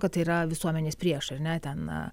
kad tai yra visuomenės priešai ar ne ten